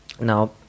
Now